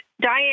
Diane